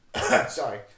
Sorry